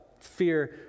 fear